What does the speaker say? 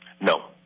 No